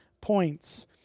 points